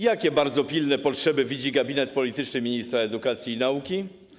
Jakie bardzo pilne potrzeby widzi gabinet polityczny ministra edukacji i nauki?